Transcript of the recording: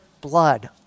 blood